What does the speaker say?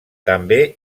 també